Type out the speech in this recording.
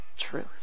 truth